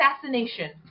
Assassination